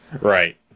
Right